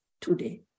today